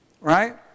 Right